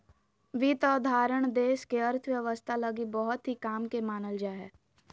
वित्त अवधारणा देश के अर्थव्यवस्था लगी बहुत ही काम के मानल जा हय